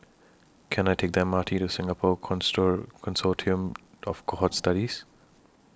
Can I Take The M R T to Singapore consort Consortium of Cohort Studies